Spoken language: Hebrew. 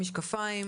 היי,